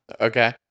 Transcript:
Okay